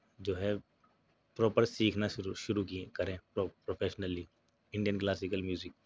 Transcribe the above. جو ہے پروپر سیکھنا شروع کریں پروفیشنلی انڈین کلاسیکل میوزک